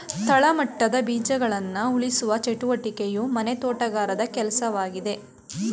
ತಳಮಟ್ಟದ ಬೀಜಗಳನ್ನ ಉಳಿಸುವ ಚಟುವಟಿಕೆಯು ಮನೆ ತೋಟಗಾರರ ಕೆಲ್ಸವಾಗಿದೆ